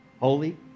holy